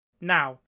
Now